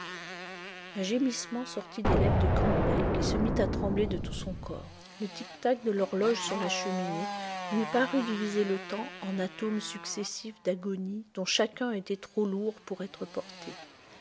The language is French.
un gémissement sortit des lèvres de campbell qui se mit à trembler de tout son corps le tic tac de l'horloge sur la cheminée lui parut diviser le temps en atomes successifs d'agonie dont chacun était trop lourd pour être porté